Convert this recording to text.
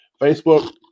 Facebook